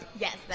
Yes